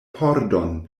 pordon